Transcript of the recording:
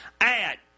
Add